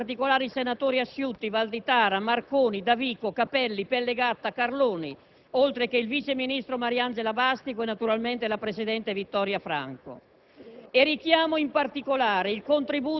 Ringrazio dunque tutti i colleghi, ma in modo particolare i senatori Asciutti, Valditara, Marconi, Davico, Capelli, Pellegatta, Carloni, oltre che il vice ministro Mariangela Bastico e, naturalmente, la presidente Vittoria Franco.